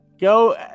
go